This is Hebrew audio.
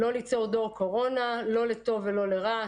לא ליצור דור קורונה לא לטוב ולא רע.